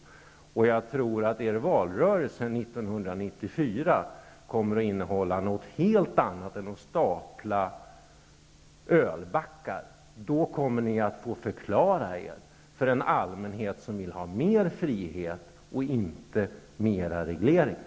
Jag tror också att er valrörelse 1994 kommer att innehålla något helt annat än ett staplande av ölbackar. Då kommer ni att få förklara er för en allmänhet som vill ha mer frihet och inte mer regleringar.